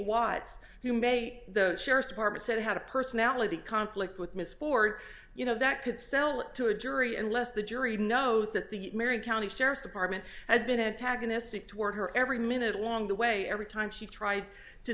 why it's you may the sheriff's department said it had a personality conflict with miss ford you know that could sell it to a jury and less the jury knows that the marion county sheriff's department has been antagonistic toward her every minute along the way every time she tried to